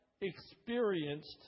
experienced